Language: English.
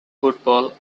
football